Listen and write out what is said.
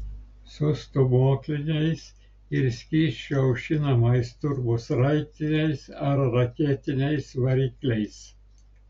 su stūmokliniais ir skysčiu aušinamais turbosraigtiniais ar raketiniais varikliais